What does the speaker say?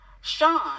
Sean